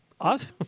Awesome